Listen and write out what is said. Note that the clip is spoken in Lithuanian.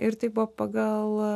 ir tai buvo pagal